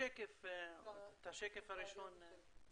נעזור לך ונדבר על השקף הראשון.